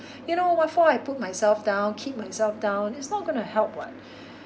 you know what for I put myself down keep myself down it's not gonna help [what]